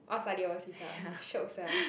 all study overseas ah shiok sia